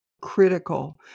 critical